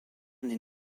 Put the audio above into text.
n’est